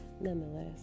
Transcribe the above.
nonetheless